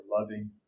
loving